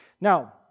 Now